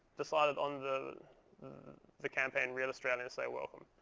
decided on the the campaign real australians say welcome.